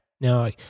Now